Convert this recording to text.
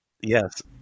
Yes